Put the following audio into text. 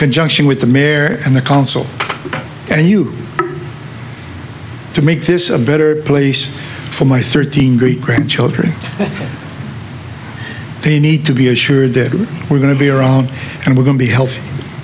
conjunction with the mayor and the council and you to make this a better place for my thirteen great grandchildren they need to be assured that we're going to be around and we're going to